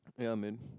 yeah man